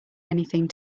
anything